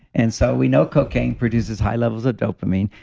and so, we know cocaine produces high levels of dopamine.